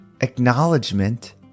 acknowledgement